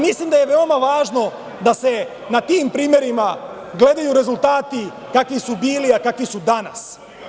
Mislim da je veoma važno da se na tim primerima gledaju rezultati kakvi su bili, a kakvi su danas.